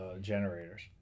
generators